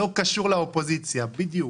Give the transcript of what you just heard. לא קשור לאופוזיציה, בדיוק.